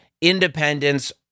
Independence